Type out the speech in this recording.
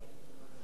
גם צעדים